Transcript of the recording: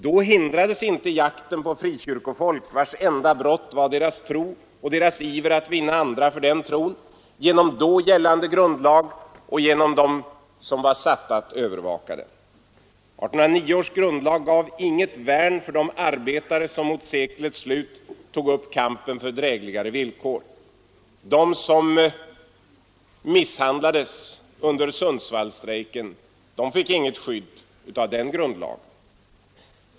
Då hindrades inte jakten på frikyrkofolk, vars enda brott var deras tro och deras iver att vinna andra för den tron, genom då gällande grundlag och genom dem som var satta att övervaka den. 1809 års grundlag gav inget värn för de arbetare som mot seklets slut tog upp kampen för drägligare villkor. De som misshandlades vid Sundsvallsstrejken fick inget skydd av den grundlagen.